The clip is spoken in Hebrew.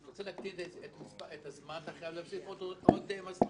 אתה רוצה להקטין את הזמן אתה חייב להוסיף עוד מסלולים,